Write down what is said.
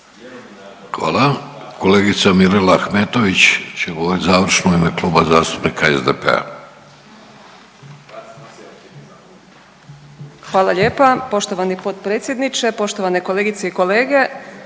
Hvala. Kolegice Mirela Ahmetović će govoriti završno u ime Kluba zastupnika SDP-a. **Ahmetović, Mirela (SDP)** Hvala lijepa. Poštovani potpredsjedniče, poštovane kolegice i kolege.